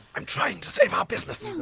i'm trying to save our business!